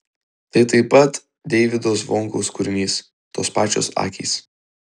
tai taip pat deivydo zvonkaus kūrinys tos pačios akys